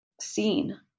seen